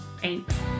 Thanks